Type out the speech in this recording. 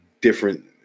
different